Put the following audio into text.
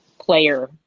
player